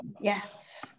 yes